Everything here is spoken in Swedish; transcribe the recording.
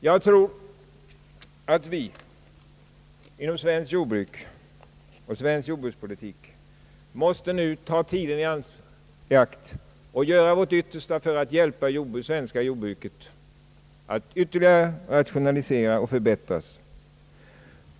Jag tror att vi inom svenskt jordbruk och svensk jordbrukspolitik nu måste ta tiden i akt och göra vårt yttersta för att hjälpa det svenska jord bruket att ytterligare rationalisera och förbättras.